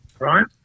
Right